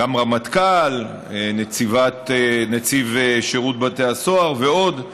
גם רמטכ"ל, נציב שירות בתי הסוהר ועוד,